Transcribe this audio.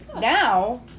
Now